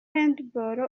handball